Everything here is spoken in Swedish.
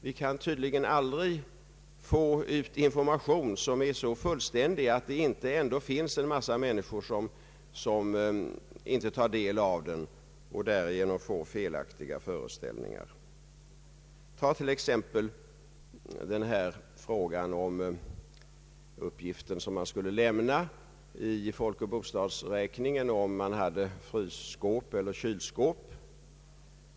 Vi kan tydligen aldrig få ut information som är så fullständig, att det ändå inte finns många människor som inte tar del av den och därigenom får felaktiga föreställningar. Ta till exempel frågan om uppgifter som man skulle lämna i folkoch bostadsräkningen om man hade frysskåp eller kylskåp.